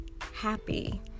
happy